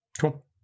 Cool